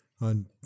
on